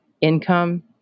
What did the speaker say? income